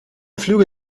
flüge